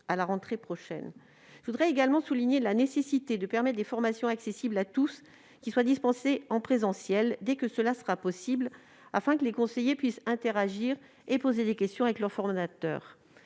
à la rentrée prochaine. Je voudrais également souligner la nécessité de prévoir des formations accessibles à tous, qui soient dispensées en présentiel dès que cela sera possible, afin que les conseillers puissent interagir avec leurs formateurs